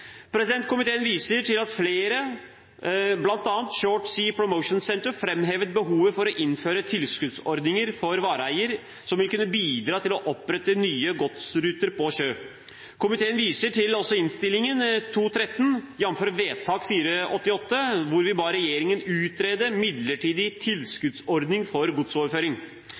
Komiteen viser til at flere, bl.a. Short Sea Promotion Center, framhevet behovet for å innføre tilskuddsordninger for vareeier som vil kunne bidra til å opprette nye godsruter på sjø. Komiteen viser til at Stortinget i Innst. 213 S for 2014–2015, jf. vedtak nr. 488, ba regjeringen utrede en midlertidig tilskuddsordning for godsoverføring.